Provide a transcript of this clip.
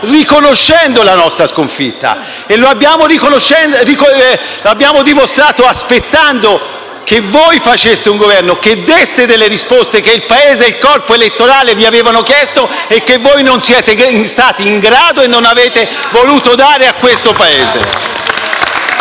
riconoscendo la nostra sconfitta. Lo abbiamo dimostrato aspettando che voi faceste un Governo, che deste delle risposte, che il Paese e il corpo elettorale vi avevano chiesto e che non siete stati in grado e non avete voluto dare a questo Paese.